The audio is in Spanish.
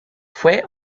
fue